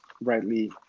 rightly